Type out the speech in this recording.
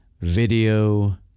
video